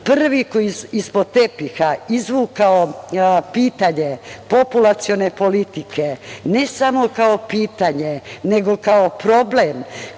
Prvi koji je ispod tepiha izvukao pitanje populacione politike, ne samo kao pitanje, nego kao problem